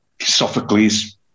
Sophocles